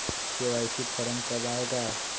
KYC form कब आए गा?